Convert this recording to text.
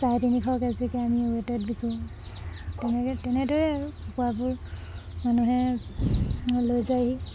চাৰে তিনিশ কে জিকৈ আমি ৱেটত বিকো তেনেকৈ তেনেদৰে আৰু কুকুৰাবোৰ মানুহে লৈ যায়হি